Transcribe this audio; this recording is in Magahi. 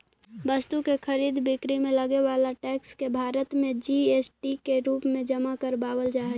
वस्तु के खरीद बिक्री में लगे वाला टैक्स के भारत में जी.एस.टी के रूप में जमा करावल जा हई